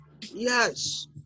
Yes